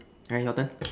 K your turn